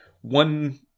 One